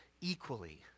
equally